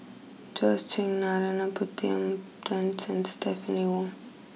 Georgette Chen Narana Putumaippittan and Stephanie Wong